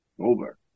Over